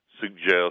suggest